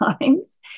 times